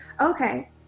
Okay